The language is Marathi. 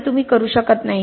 नाही तुम्ही करू शकत नाही